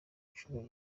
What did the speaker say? nshuro